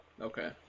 Okay